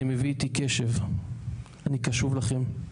אני מביא איתי קשב, אני קשוב לכם.